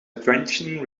drenching